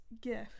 gift